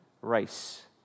race